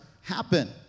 happen